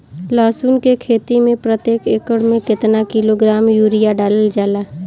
लहसुन के खेती में प्रतेक एकड़ में केतना किलोग्राम यूरिया डालल जाला?